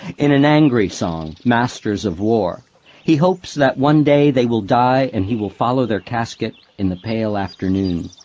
in an angry song, masters of war he hopes that one day they will the and he will follow their casket in the pale afternoon.